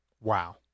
Wow